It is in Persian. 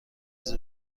چیزی